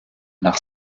nach